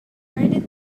they